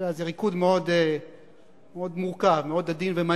אתה יודע, זה ריקוד מאוד מורכב, מאוד עדין ומהיר.